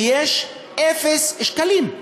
ויש אפס שקלים,